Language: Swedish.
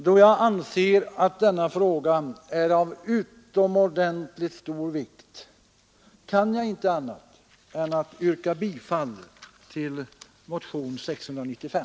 Då jag anser att denna fråga är av utomordentligt stor vikt kan jag inte annat än yrka bifall till motionen 695.